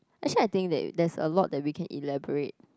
actually I think there is there is a lot that we can elaborate